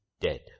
dead